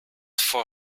vor